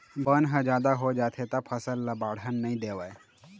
बन ह जादा हो जाथे त फसल ल बाड़हन नइ देवय